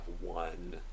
one